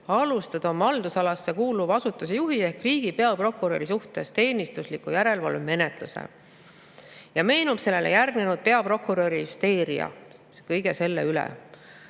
alustada oma haldusalasse kuuluva asutuse juhi ehk riigi peaprokuröri suhtes teenistusliku järelevalve menetluse. Meenub sellele järgnenud peaprokuröri hüsteeria kõige selle üle.